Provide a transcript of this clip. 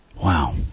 Wow